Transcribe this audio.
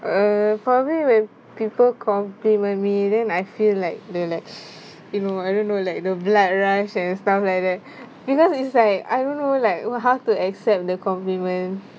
uh probably when people compliment me then I feel like you know I don't know like the blood rush and stuff like that because it's like I don't know like how to accept the compliment